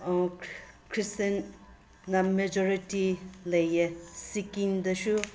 ꯈ꯭ꯔꯤꯁꯇꯦꯟꯅ majority ꯂꯩꯌꯦ ꯁꯤꯛꯀꯤꯝꯗꯁꯨ